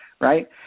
right